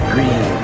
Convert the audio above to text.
Green